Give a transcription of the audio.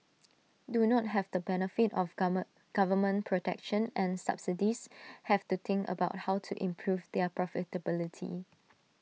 do not have the benefit of gamer government protection and subsidies have to think about how to improve their profitability